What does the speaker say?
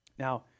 Now